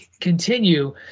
continue